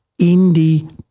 indie